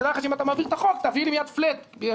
תדע לך שאם אתה מעביר את החוק תעביר לי מיד פלאט בגלל